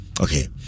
okay